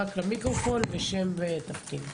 רק למיקרופון ושם ותפקיד.